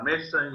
חמש שנים,